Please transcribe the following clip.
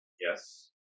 Yes